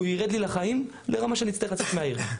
הוא יירד לי לחיים לרמה שאני אצטרך לצאת מהעיר.